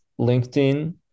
LinkedIn